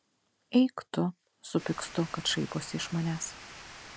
eik tu supykstu kad šaiposi iš manęs